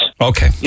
Okay